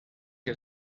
que